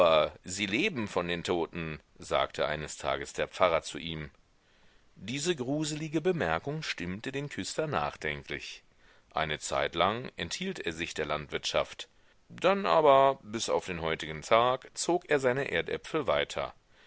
sie leben von den toten sagte eines tages der pfarrer zu ihm diese gruselige bemerkung stimmte den küster nachdenklich eine zeitlang enthielt er sich der landwirtschaft dann aber und bis auf den heutigen tag zog er seine erdäpfel weiter